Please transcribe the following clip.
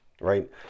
right